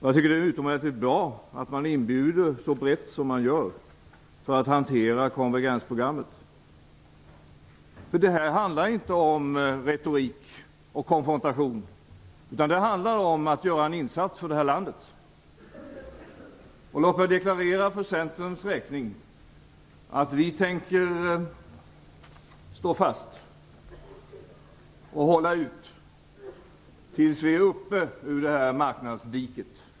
Jag tycker att det är utomordentligt bra att man inbjuder så brett som man gör för att hantera konvergensprogrammet. Det här handlar inte om retorik och konfrontation, utan det handlar om att göra en insats för det här landet. Låt mig deklarera för Centerns räkning att vi tänker stå fast och hålla ut tills vi är uppe ur det här marknadsdiket.